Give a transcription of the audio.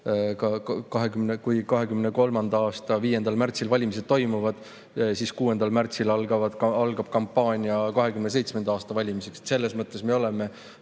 kui 2023. aasta 5. märtsil valimised toimuvad, siis 6. märtsil algab kohe kampaania 2027. aasta valimisteks, selles mõttes me oleme